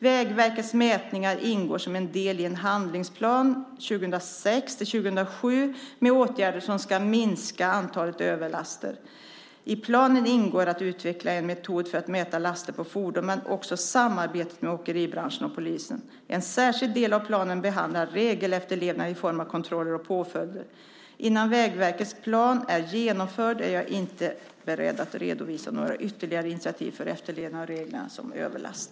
Vägverkets mätningar ingår som en del i en handlingsplan 2006-2007 med åtgärder som ska minska antalet överlaster. I planen ingår att utveckla en metod för att mäta laster på fordon men också samarbete med åkeribranschen och polisen. En särskild del av planen behandlar regelefterlevnad i form av kontroller och påföljder. Innan Vägverkets plan är genomförd är jag inte beredd att redovisa några ytterligare initiativ för efterlevnaden av reglerna om överlast.